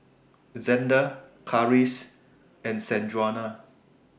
Xander Karis and Sanjuana